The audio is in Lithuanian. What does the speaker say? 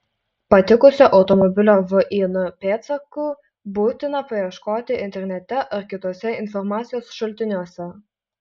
patikusio automobilio vin pėdsakų būtina paieškoti internete ar kituose informacijos šaltiniuose